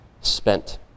spent